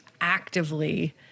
actively